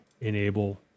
enable